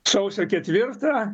sausio ketvirtą